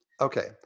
Okay